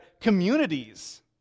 communities